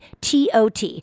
TOT